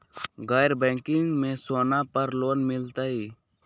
गैर बैंकिंग में सोना पर लोन मिलहई?